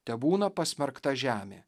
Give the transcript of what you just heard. tebūna pasmerkta žemė